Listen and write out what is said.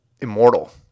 immortal